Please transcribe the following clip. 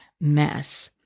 mess